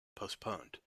postponed